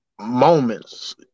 moments